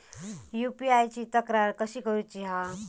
UPI ची तक्रार कशी करुची हा?